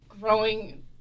growing